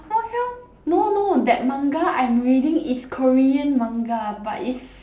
我要 no no that manga I'm reading is korean manga but it's